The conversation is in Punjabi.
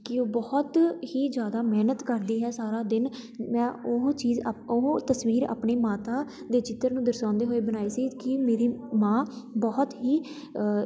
ਕਿ ਉਹ ਬਹੁਤ ਹੀ ਜ਼ਿਆਦਾ ਮਿਹਨਤ ਕਰਦੀ ਹੈ ਸਾਰਾ ਦਿਨ ਮੈਂ ਉਹ ਚੀਜ਼ ਆਪ ਉਹ ਤਸਵੀਰ ਆਪਣੀ ਮਾਤਾ ਦੇ ਚਿੱਤਰ ਨੂੰ ਦਰਸਾਉਂਦੇ ਹੋਏ ਬਣਾਈ ਸੀ ਕਿ ਮੇਰੀ ਮਾਂ ਬਹੁਤ ਹੀ